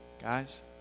Guys